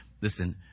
listen